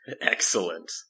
Excellent